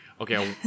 okay